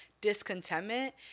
discontentment